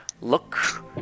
look